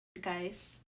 guys